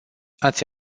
ați